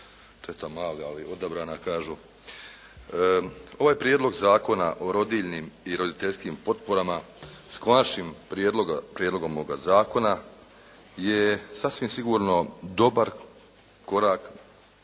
četa mala, ali odabrana kažu. Ovaj prijedlog Zakona o rodiljnim i roditeljskim potporama s konačnim prijedlogom ovoga zakona je sasvim sigurno dobar korak